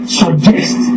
suggest